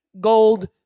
gold